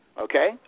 Okay